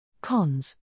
Cons